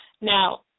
Now